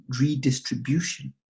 redistribution